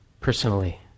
personally